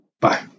Bye